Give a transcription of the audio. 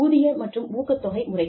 ஊதிய மற்றும் ஊக்கத்தொகை முறைகள்